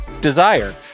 Desire